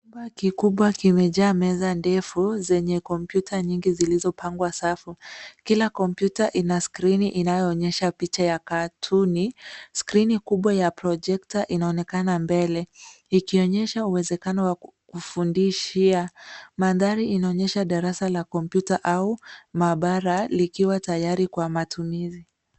Paa kikubwa kimejaa meza ndefu zenye kompyuta nyingi zilizopangwa safu. Kila kompyuta ina skrini inayoonyesha picha ya katuni. Skrini kubwa ya projekta inaonekana mbele ikionyesha uwezekano wa kufundishia. Mandhari inaonyesha darasa la kompyuta au maabara likiwa tayari kwa matumizi.